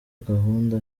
gahunda